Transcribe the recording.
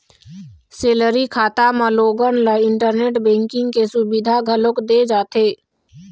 salary खाता म लोगन ल इंटरनेट बेंकिंग के सुबिधा घलोक दे जाथे